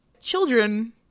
Children